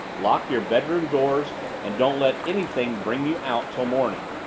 lock your bedroom doors and don't let anything bring you out till morning.